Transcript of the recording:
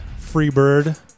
Freebird